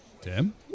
Tim